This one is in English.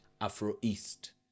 Afro-East